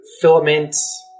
filaments